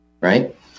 Right